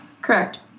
correct